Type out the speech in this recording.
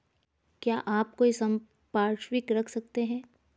क्या आप कोई संपार्श्विक रख सकते हैं?